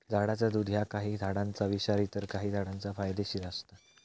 झाडाचा दुध ह्या काही झाडांचा विषारी तर काही झाडांचा फायदेशीर असता